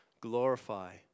Glorify